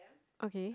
okay